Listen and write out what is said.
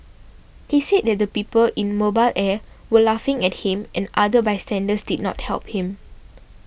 he said that the people in Mobile Air were laughing at him and other bystanders did not help him